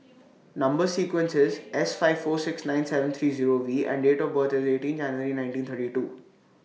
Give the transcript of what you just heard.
Number sequence IS S five four six nine seven three Zero V and Date of birth IS eighteen January nineteen thirty two